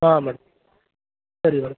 ಹಾಂ ಮೇಡಮ್ ಸರಿ ಮೇಡಮ್